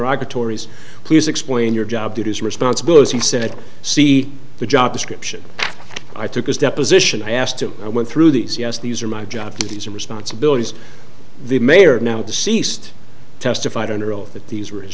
interactive tori's please explain your job did his responsibilities he said see the job description i took his deposition i asked him i went through these yes these are my job duties and responsibilities the mayor now deceased testified under oath that these were his